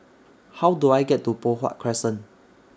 How Do I get to Poh Huat Crescent